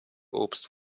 obst